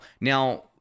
Now